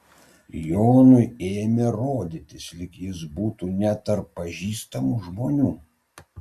jonui ėmė rodytis lyg jis būtų ne tarp pažįstamų žmonių